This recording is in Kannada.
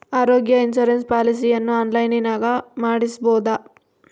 ಆರೋಗ್ಯ ಇನ್ಸುರೆನ್ಸ್ ಪಾಲಿಸಿಯನ್ನು ಆನ್ಲೈನಿನಾಗ ಮಾಡಿಸ್ಬೋದ?